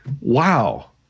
wow